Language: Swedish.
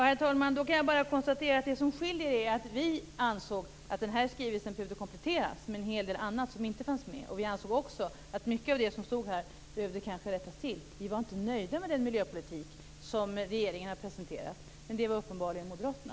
Herr talman! Jag kan bara konstatera att det som skiljer är att vi i Miljöpartiet ansåg att skrivelsen behövde kompletteras med en hel del som inte fanns med. Vi ansåg också att mycket av det som stod i den behövde rättas till. Vi var inte nöjda med den miljöpolitik som regeringen presenterat. Men det var uppenbarligen Moderaterna.